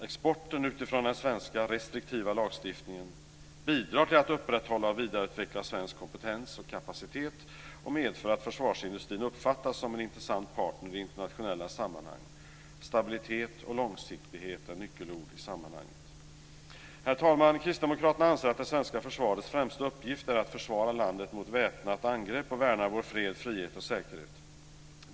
Exporten, utifrån den restriktiva svenska lagstiftningen, bidrar till att upprätthålla och vidareutveckla svensk kompetens och kapacitet och medför att försvarsindustrin uppfattas som en intressant partner i internationella sammanhang. Stabilitet och långsiktighet är nyckelord i sammanhanget! Herr talman! Kristdemokraterna anser att det svenska försvarets främsta uppgift är att försvara landet mot väpnat angrepp och att värna vår fred, frihet och säkerhet.